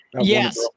Yes